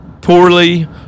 poorly